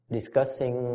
discussing